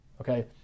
okay